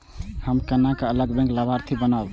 हम केना अलग बैंक लाभार्थी बनब?